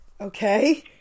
Okay